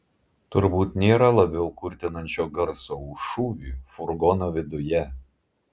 turbūt nėra labiau kurtinančio garso už šūvį furgono viduje